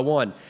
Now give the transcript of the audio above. one